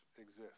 exist